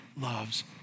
loves